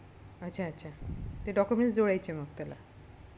अच्छा अच्छा ते डॉक्युमेंट्स जोडायचे मग त्याला